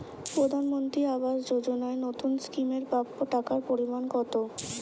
প্রধানমন্ত্রী আবাস যোজনায় নতুন স্কিম এর প্রাপ্য টাকার পরিমান কত?